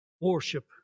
Worship